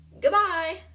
goodbye